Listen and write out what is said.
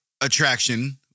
attraction